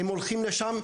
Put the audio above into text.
הם הולכים לשם,